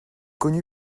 connu